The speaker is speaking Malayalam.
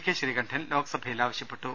കെ ശ്രീക ണ്ഠൻ ലോക്സഭയിൽ ആവശ്യപ്പെട്ടു